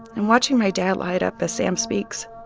and watching my dad light up as sam speaks,